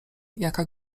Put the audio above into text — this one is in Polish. jaka